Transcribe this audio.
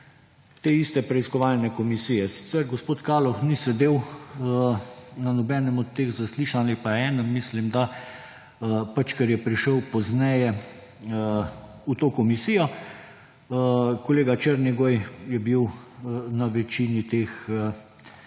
teiste preiskovalne komisije. Sicer gospod Kaloh ni sedel na nobenem od teh zaslišanj ali pa na enem, mislim da, ker je prišel pozneje v to komisijo. Kolega Černigoj je bil na večini teh